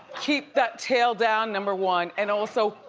keep that tail down, number one, and also,